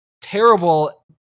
terrible